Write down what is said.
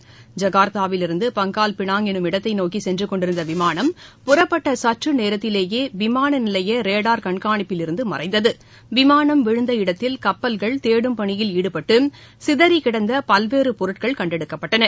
ஐகார்தாவில் இருந்து Pangkal Pinang என்னும் இடத்தை நோக்கி சென்று கொண்டிருந்த விமானம் புறப்பட்ட சற்று நேரத்திலேயே விமான நிலைய ரேடார் சாதனத்தில் இருந்து மறைந்தது விமானம் விழுந்த இடத்தில் கப்பல்கள் தேடும் பணியில் ஈடுபட்டு சிதறி கிடந்த பல்வேறு பொருட்களை கண்டெடுக்கப்பட்டன